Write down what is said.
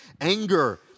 anger